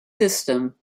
system